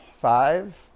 Five